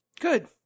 Good